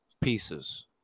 pieces